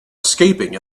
escaping